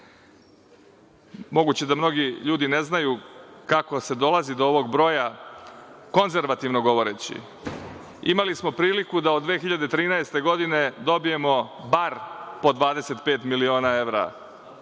da mnogi ljudi ne znaju kako se dolazi do ovog broja. Konzervativno govoreći, imali smo priliku da od 2013. godine dobijemo bar po 25 miliona evra